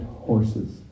horses